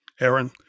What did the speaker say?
Aaron